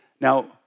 Now